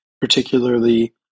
particularly